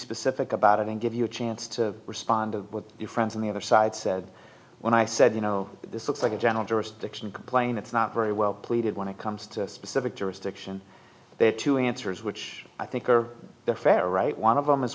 specific about it and give you a chance to respond with your friends on the other side said when i said you know this looks like a general jurisdiction complain it's not very well pleaded when it comes to specific jurisdiction there are two answers which i think are the fair right one of them